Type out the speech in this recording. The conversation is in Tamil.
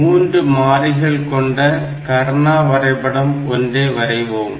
மூன்று மாறிகள் கொண்ட கர்னா வரைபடம் ஒன்றை வரைவோம்